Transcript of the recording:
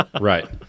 right